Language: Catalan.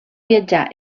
viatjar